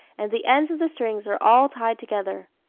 and the ends of the strings are all tied together.